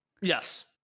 Yes